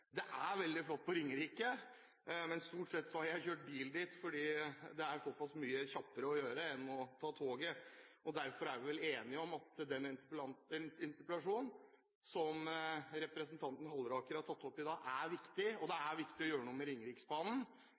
Det er veldig flott på Ringerike, men stort sett har jeg kjørt bil dit, fordi det er såpass mye kjappere enn å ta toget. Derfor er vi vel enige om at den interpellasjonen som representanten Halleraker har tatt opp i dag, er viktig, og det er viktig å gjøre noe med Ringeriksbanen.